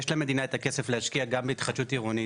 יש למדינה את הכסף להשקיע גם בהתחדשות עירונית.